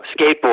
skateboard